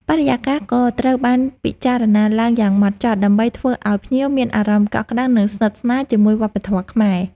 បរិយាកាសក៏ត្រូវបានពិចារណាឡើងយ៉ាងម៉ត់ចត់ ដើម្បីធ្វើឲ្យភ្ញៀវមានអារម្មណ៍កក់ក្ដៅ និងស្និទ្ធស្នាលជាមួយវប្បធម៌ខ្មែរ។